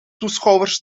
toeschouwers